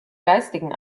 geistigen